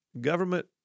government